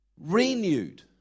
renewed